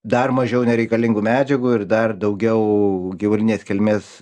dar mažiau nereikalingų medžiagų ir dar daugiau gyvulinės kilmės